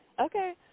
Okay